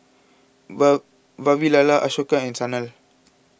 wow Vavilala Ashoka and Sanal